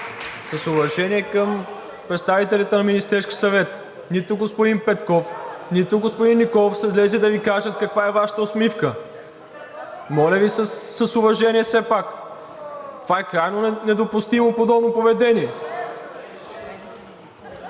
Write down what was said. С уважение към представители на Министерския съвет. Нито господин Петков, нито господин Николов са излезли да Ви кажат каква е Вашата усмивка. Моля Ви с уважение все пак. Това е крайно недопустимо – подобно поведение.